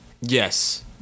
Yes